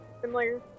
similar